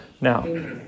Now